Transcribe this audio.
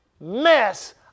mess